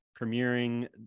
premiering